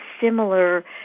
similar